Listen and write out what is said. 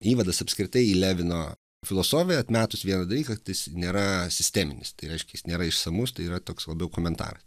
įvadas apskritai į levino filosofiją atmetus vieną dalyką kad jis nėra sisteminis tai reiškia jis nėra išsamus tai yra toks labiau komentarai